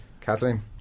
Kathleen